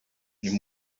uyu